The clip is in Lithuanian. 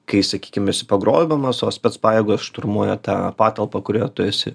kai sakykim esi pagrobiamas o specpajėgos šturmuoja tą patalpą kurioje tu esi